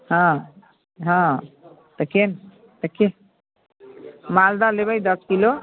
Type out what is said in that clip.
हँ हँ तऽ केन तऽ केन मालदह लेबै दश किलो